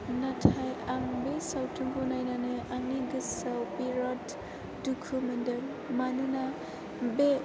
नाथाय आं बे सावथुनखौ नायनानै आंनि गोसोआव बिराद दुखु मोन्दों मानोना बे